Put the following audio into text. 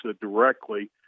directly